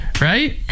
right